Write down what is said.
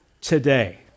today